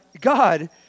God